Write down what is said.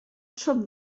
trwm